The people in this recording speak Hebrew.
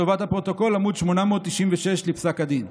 עמ' 896 לפסק הדין.